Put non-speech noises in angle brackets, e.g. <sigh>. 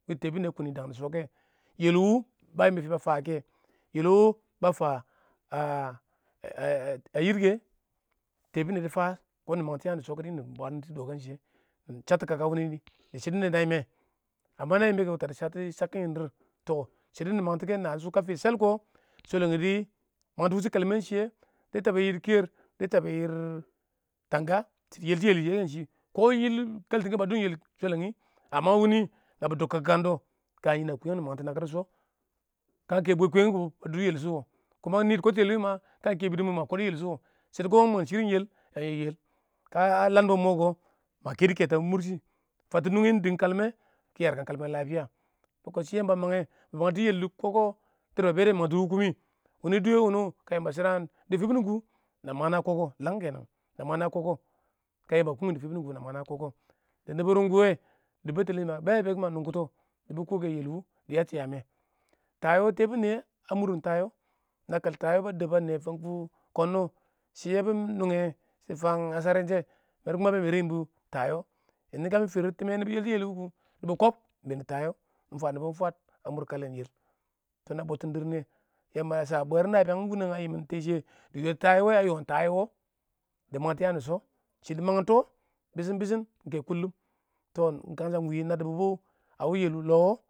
tɛɛbʊ nɪyɛ a kunni dang dɪ shoke yel wʊ ba yɪmbɔ fɪ ba fan wa kɛ yel wʊ ba fan yirks teebunin dɪ fan kiɪn nɪ mangtɔ yam dɪ shskidi kiɪn mɪ bwaants <unintelligible> jimme <unintelligible> na jimba shɪdən shakkin dɪrr tɔ shidɔ hi mangtɔ wɛ kə fɪ shall kɪ shwalang dɪ mangtɔ wushi kalmɛ shɪya wɪl yɪl kayir dɪ tabe tanga shidɔ yeltu yɛ shɪ kɛ ting kaltungo ba dub dub yel shwelangi <unintelligible> wuni nabi dubkands iɪng kwaan nɪn a koyang nɪ mangtɔ nakur dɪ sho kə iɪng kə bwe koyengi kʊ sho koyang nɪ mangtɔ nakur dɪ sho kə iɪng kə bwe koyengi kɪɪn ba dunds yel sho wa. <unintelligible> nidi kidts yel wɪɪn ma kan kɛ bibun mɪn kɪ ma kidds yelshu shɛ dɛ mang <unintelligible> yel ya ya iɪng yel kə a lamban mɪ kʊ ma kedu keto a murshi fətɔ nungi lug dɪng kalmɛ kɪ yarkan kalmɛ <unintelligible> Yamba a mang nga bɪ yel dɪ koko tera ba bɪ mangtɔ wɪɪn komi kɪ wuni dʊ wumi kə Yamba shiram dɪ fibin kʊ na mang na koko lang na mang nɛ koko kə Yamba kungni ji fibim kʊ na mang na koko dɪ rung kuwa dɪ battali a ba ba bɪ mang nʊngʊtɔ ba bɪ kʊ kə yel wʊ dɪ yatu yaam mɪ tayu tɛɛn yatar yaam mɪ. tayu tɛɛn bʊn niyɛ na kal taya ba deb ba na a wɪɪn fankuwi kinna shɪ yabɪ nunga fam ngasharen shɛ ba mertin bu dɪ tays kə mɪ firr nibi dɪ yeltu yeli kʊ yamba kib iɪng been dɪ tays mɪ fan yamba fwaad a mʊr kalen wɪɪn kina butting dir niyɛ Yamba a sha bwebir nabiyang wunang a lang tɛa shiyo iɪng wɪɪn dɪ tays wɪɪn a fankuwɪ tays wɪɪn dɪ mangtɔ yaam dɪ shɪ iɪng dɪ mangtɔ bɪshɪn bɪshɪn iɪng keshɪ dɪ daan iɪng kamsha ingas na dubu bu a wɪɪn kangsha wɪɪn yal longɪm wo